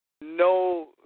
no